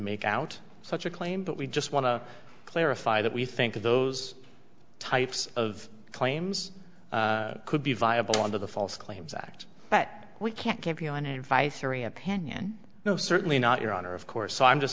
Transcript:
make out such a claim but we just want to clarify that we think those types of claims could be viable under the false claims act but we can't give you an advisory opinion no certainly not your honor of course so i'm just